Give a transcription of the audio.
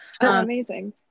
Amazing